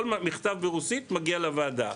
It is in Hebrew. כל מכתב ברוסית היה מגיע לוועדה.